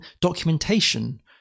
documentation